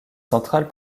central